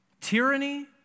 tyranny